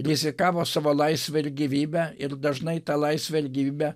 rizikavo savo laisve ir gyvybe ir dažnai tą laisvę ir gyvybę